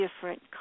different